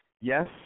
yes